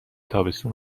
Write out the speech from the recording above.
تابستون